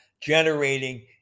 generating